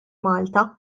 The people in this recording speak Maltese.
malta